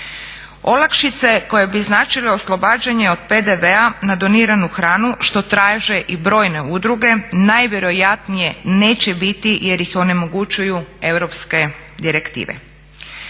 Olakšice koje bi značile oslobađanje od PDV-a na doniranu hranu što traže i brojne udruge najvjerojatnije neće biti jer ih onemogućuju europske direktive.